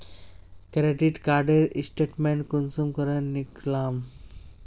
Credit कार्डेर statement कुंसम करे निकलाम?